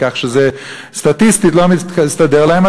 כך שסטטיסטית זה לא מסתדר להם,